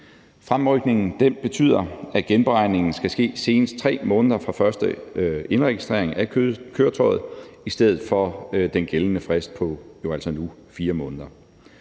Fremrykningen betyder, at genberegningen skal ske senest 3 måneder fra første indregistrering af køretøjet i stedet for den gældende frist, som